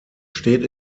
steht